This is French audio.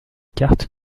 cartes